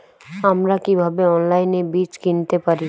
আমরা কীভাবে অনলাইনে বীজ কিনতে পারি?